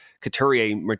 Couturier